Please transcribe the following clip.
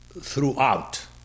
throughout